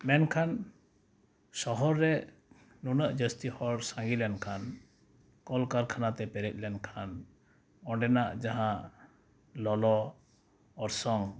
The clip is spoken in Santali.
ᱢᱮᱱᱠᱷᱟᱱ ᱥᱚᱦᱚᱨ ᱨᱮ ᱱᱩᱱᱟᱹᱜ ᱡᱟᱹᱥᱛᱤ ᱦᱚᱲ ᱥᱟᱸᱜᱮᱞᱮᱱ ᱠᱷᱟᱱ ᱠᱚᱞᱠᱟᱨᱠᱷᱟᱱᱟᱛᱮ ᱯᱮᱨᱮᱡᱞᱮᱱ ᱠᱷᱟᱱ ᱚᱸᱰᱮᱱᱟᱜ ᱡᱟᱦᱟᱸ ᱞᱚᱞᱚ ᱚᱨᱥᱚᱝ